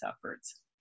efforts